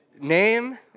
name